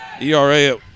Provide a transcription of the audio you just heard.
ERA